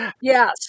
Yes